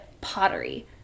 pottery